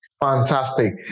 fantastic